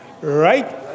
Right